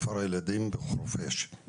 כפר הילדים בחורפש.